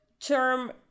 term